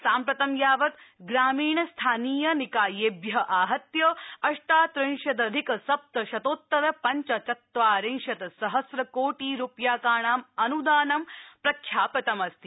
साम्प्रतं यावत् ग्रामीण स्थानीयनिकायेभ्य आहत्य अष्टात्रिशदधिक सप्तशतोत्तर पञ्चचत्वारिशत् सहम्र कोटि रूप्यकाणां अनुदानं प्रख्यापितम् अस्ति